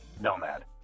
nomad